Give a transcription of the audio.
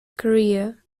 career